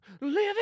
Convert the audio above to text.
Living